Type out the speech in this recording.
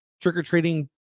trick-or-treating